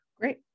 Great